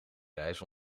reis